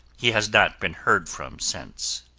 he has not been heard from since.